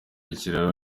ikiraro